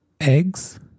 eggs